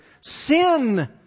Sin